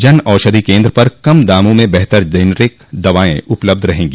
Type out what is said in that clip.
जन औषधि केन्द्र पर कम दामों में बेहतर जेनरिक दवाएं उपलब्ध रहेंगी